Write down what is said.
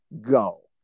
go